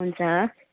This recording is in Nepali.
हुन्छ